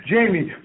Jamie